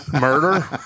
Murder